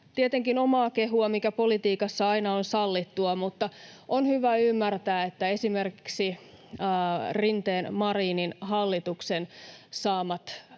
tietenkin omaa kehua, mikä politiikassa aina on sallittua, mutta on hyvä ymmärtää, että esimerkiksi Rinteen—Marinin hallituksen